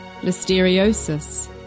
Listeriosis